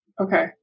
Okay